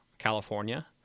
California